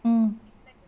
mm